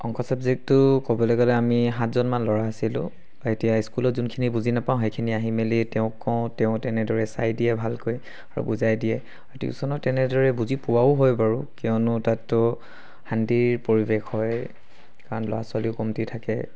অংক চাবজেক্টটো ক'বলৈ গ'লে আমি সাতজনমান ল'ৰা আছিলোঁ এতিয়া স্কুলত যোনখিনি বুজি নাপাওঁ সেইখিনি আহি মেলি তেওঁক কওঁ তেওঁ তেনেদৰে চাই দিয়ে ভালকৈ আৰু বুজাই দিয়ে আও টিউশ্যনত তেনেদৰেই বুজি পোৱাও হয় বাৰু কিয়নো তাততো শান্তিৰ পৰিৱেশ হয় কাৰণ ল'ৰা ছোৱালীও কমটি থাকে